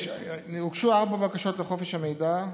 הוגשו ארבע בקשות לחופש המידע,